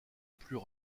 plus